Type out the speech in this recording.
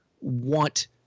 want